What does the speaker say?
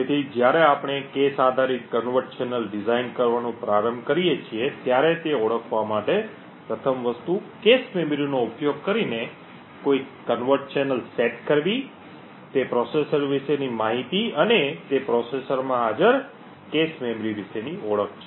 તેથી જ્યારે આપણે cache આધારિત convert ચેનલ ડિઝાઇન કરવાનું પ્રારંભ કરીએ છીએ ત્યારે તે ઓળખવા માટે પ્રથમ વસ્તુ cache મેમરીનો ઉપયોગ કરીને કોઈ convert ચેનલ સેટ કરવી તે પ્રોસેસર વિશેની માહિતી અને તે પ્રોસેસરમાં હાજર cache મેમરી વિશેની ઓળખ છે